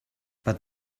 but